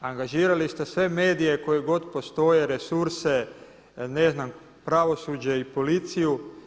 Angažirali ste sve medije koji god postoje, resurse, ne znam pravosuđe i policiju.